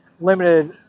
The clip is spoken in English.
limited